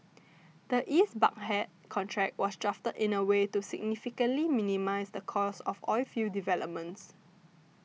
the East Baghdad contract was drafted in a way to significantly minimise the cost of oilfield developments